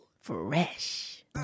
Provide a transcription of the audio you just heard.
Fresh